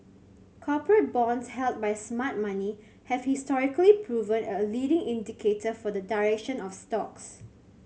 corporate bonds held by smart money have historically proven a leading indicator for the direction of stocks